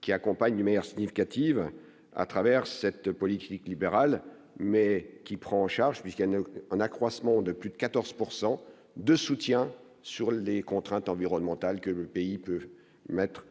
qui accompagne de manière significative à travers cette politique libérale, mais qui prend en charge, puisqu'à ne un accroissement de plus de 14 pourcent de soutien sur les contraintes environnementales que le pays peut émettre pour